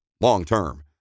long-term